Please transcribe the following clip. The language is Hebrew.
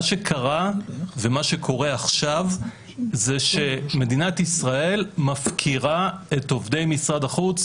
מה שקרה ומה שקורה עכשיו זה שמדינת ישראל מפקירה את עובדי משרד החוץ,